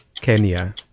kenya